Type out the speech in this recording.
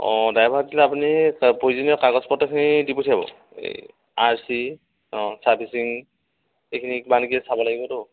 অঁ ড্ৰাইভাৰ দিলে আপুনি প্ৰয়োজনীয় কাগজ পত্ৰখিনি দি পঠিয়াব এই আৰ চি অঁ চাৰ্ভিচিং এইখিনি কিমান কি চাব লাগিবতো